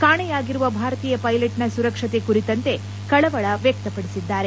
ಕಾಣೆಯಾಗಿರುವ ಭಾರತೀಯ ಪೈಲೆಟ್ನ ಸುರಕ್ಷತೆ ಕುರಿತಂತೆ ಅವರು ಕಳವಳ ವ್ಹಕ್ತಪಡಿಸಿದ್ದಾರೆ